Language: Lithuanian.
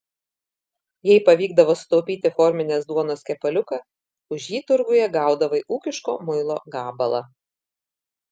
jei pavykdavo sutaupyti forminės duonos kepaliuką už jį turguje gaudavai ūkiško muilo gabalą